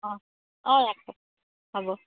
অঁ অঁ ৰাখোঁ হ'ব